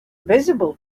visible